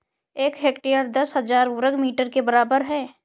एक हेक्टेयर दस हजार वर्ग मीटर के बराबर है